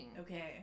Okay